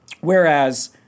Whereas